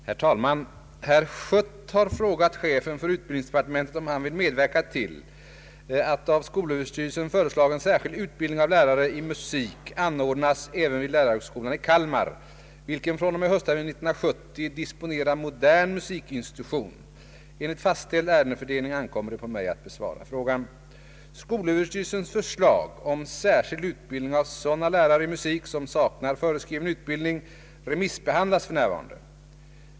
Herr talman! Herr Schött har frågat chefen för utbildningsdepartementet, om han vill medverka till att av skolöverstyrelsen föreslagen särskild utbildning av lärare i musik anordnas även vid lärarhögskolan i Kalmar, vilken fr.o.m. höstterminen 1970 disponerar modern musikinstitution. Enligt fastställd ärendefördelning ankommer det på mig att besvara frågan. Skolöverstyrelsens förslag om särskild utbildning av sådana lärare i musik, som saknar föreskriven utbildning, remissbehandlas för närvarande.